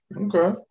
Okay